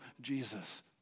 Jesus